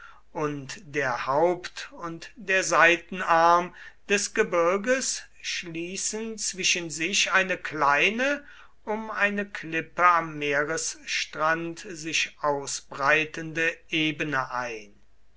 und der haupt und der seitenarm des gebirges schließen zwischen sich eine kleine um eine klippe am meeresstrand sich ausbreitende ebene ein